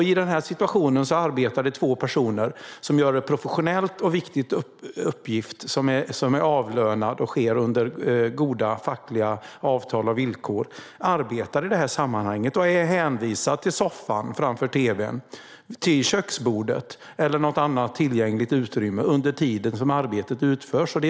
I denna situation arbetar två personer som gör ett professionellt och viktigt arbete som är avlönat och sker under goda fackliga avtal och villkor. De arbetar i detta sammanhang och är hänvisade till soffan framför tv:n, till köksbordet eller till något annat tillgängligt utrymme under den tid som arbetet utförs.